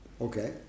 Okay